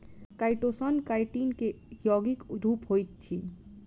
chitosan chitin के यौगिक रूप होइत अछि